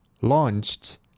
launched